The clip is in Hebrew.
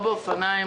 באופניים